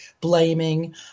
blaming